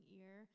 ear